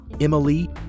Emily